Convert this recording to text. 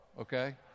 okay